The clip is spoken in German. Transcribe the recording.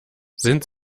sind